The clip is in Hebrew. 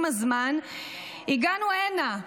עם הזמן הגענו הנה,